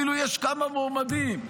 אפילו יש כמה מועמדים,